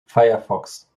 firefox